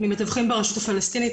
ברשות הפלסטינית.